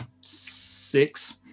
six